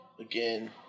again